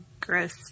gross